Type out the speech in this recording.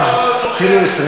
שאוסלו זה כבר 19